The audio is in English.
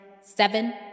seven